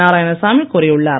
நாராயணசாமி கூறியுள்ளார்